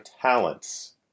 talents